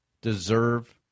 deserve